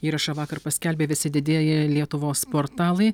įrašą vakar paskelbė visi didieji lietuvos portalai